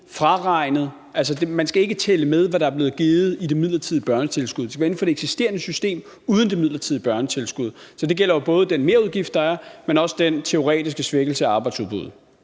fraregnet – man skal altså ikke tælle det med – hvad der er blevet givet i det midlertidige børnetilskud. Det skal være inden for det eksisterende system, uden det midlertidige børnetilskud. Så det gælder jo både den merudgift, der er, men også den teoretiske svækkelse af arbejdsudbuddet.